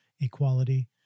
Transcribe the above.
equality